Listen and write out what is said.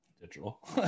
Digital